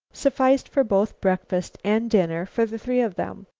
sufficed for both breakfast and dinner for the three of them.